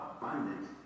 Abundant